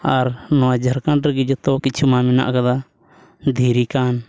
ᱟᱨ ᱱᱚᱣᱟ ᱡᱷᱟᱲᱠᱷᱚᱸᱰ ᱨᱮᱜᱮ ᱡᱚᱛᱚ ᱠᱤᱪᱷᱩ ᱢᱟ ᱢᱮᱱᱟᱜ ᱠᱟᱫᱟ ᱫᱷᱤᱨᱤ ᱛᱟᱢ